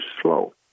slow